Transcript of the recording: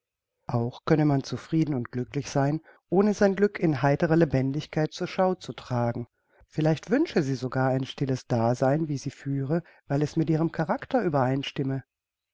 auch könne man zufrieden und glücklich sein ohne sein glück in heiterer lebendigkeit zur schau zu tragen vielleicht wünsche sie sogar ein stilles dasein wie sie führe weil es mit ihrem character übereinstimme